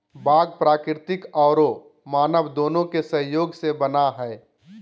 बाग प्राकृतिक औरो मानव दोनों के सहयोग से बना हइ